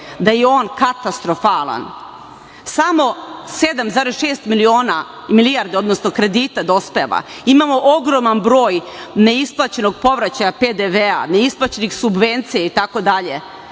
da je on katastrofalan. Samo 7,6 milijardi kredita dospeva. Imamo ogroman broj neisplaćenog povraćaja PDV-a, neisplaćenih subvencija, a sa druge